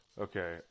Okay